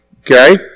okay